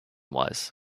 was